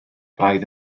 braidd